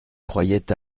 croyait